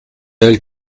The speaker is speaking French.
elle